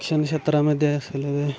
शिक्षणक्षेत्रामध्ये असलेलं